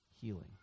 healing